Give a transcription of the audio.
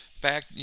back